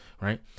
right